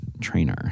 trainer